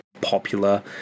popular